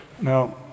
Now